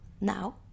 now